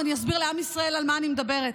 ואני אסביר לעם ישראל על מה אני מדברת.